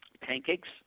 pancakes